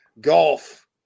golf